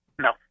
No